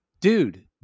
dude